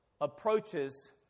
approaches